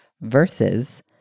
versus